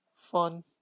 fun